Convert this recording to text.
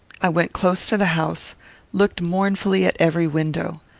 i went close to the house looked mournfully at every window.